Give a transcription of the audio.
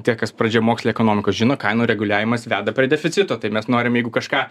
tie kas pradžiamokslį ekonomikos žino kainų reguliavimas veda prie deficito tai mes norim jeigu kažką